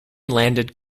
landed